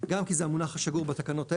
גם כי זה המונח השגור בתקנות האלה,